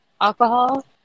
alcohol